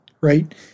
right